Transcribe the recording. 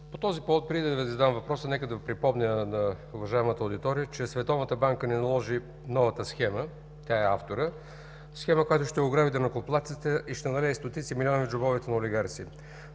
По този повод, преди да Ви задам въпроса, нека да припомня на уважаемата аудитория, че Световната банка ни наложи новата схема, тя е авторът, схема, която ще ограби данъкоплатците и ще налее стотици милиони в джобовете на олигарси.